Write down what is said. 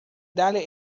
darle